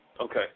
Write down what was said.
Okay